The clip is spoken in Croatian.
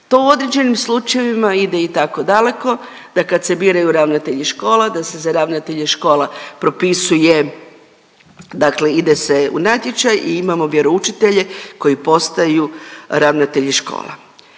To u određenim slučajevima ide i tako daleko da kad se biraju ravnatelji škola da se za ravnatelje škola propisuje dakle ide se u natječaj i imamo vjeroučitelje koji postaju ravnatelji škola.